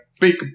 big